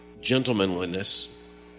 gentlemanliness